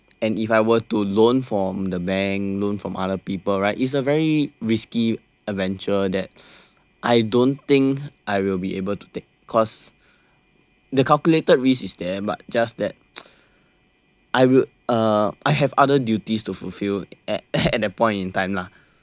and if I were to loan from the bank loan from other people right is a very risky adventure that I don't think I will be able to take cause the calculated risk is there but just that I will uh I have other duties to fulfill at at that point in time lah